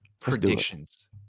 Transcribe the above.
predictions